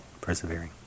persevering